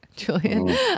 Julian